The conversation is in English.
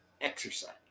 exercise